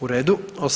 U redu.